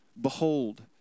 behold